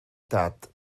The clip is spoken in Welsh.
dad